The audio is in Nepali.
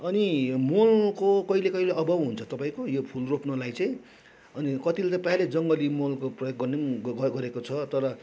अनि मलको कहिले कहिले अभाव हुन्छ तपाईँको यो फुल रोप्नुलाई चाहिँ अनि कतिले त प्रायःले जङ्गली मलको प्रयोग गर्नु पनि ग गरेको छ तर